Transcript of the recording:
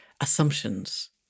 assumptions